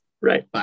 Right